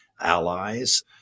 allies